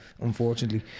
unfortunately